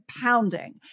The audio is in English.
pounding